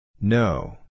No